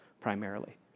primarily